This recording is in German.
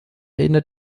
erinnert